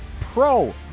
pro